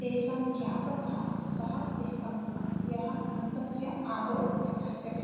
तेषां ज्ञापकः सः विष्कम्भक यः अङ्कस्य आदौ प्रकाश्यते